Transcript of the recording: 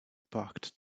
parked